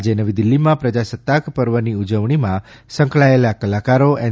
આજે નવી દિલ્લીમાં પ્રજાસત્તાહપર્વની ઉજવણીમાં સંકળાયેલા કલાકારો એન